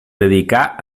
dedicà